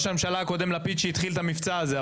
הממשלה הקודם לפיד שהתחיל את המבצע הזה,